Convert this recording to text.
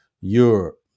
Europe